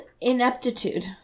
ineptitude